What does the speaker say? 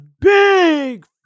big